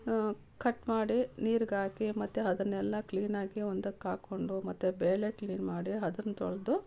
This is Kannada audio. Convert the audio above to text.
ಕಟ್ ಮಾಡಿ ನೀರಿಗೆ ಹಾಕಿ ಮತ್ತೆ ಅದನ್ನೆಲ್ಲ ಕ್ಲೀನಾಗಿ ಒಂದಕ್ಕೆ ಹಾಕ್ಕೊಂಡು ಮತ್ತೆ ಬೇಳೆ ಕ್ಲೀನ್ ಮಾಡಿ ಅದನ್ನ ತೊಳೆದು